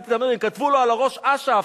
כתבו לו על הראש "אש"ף"